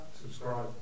Subscribe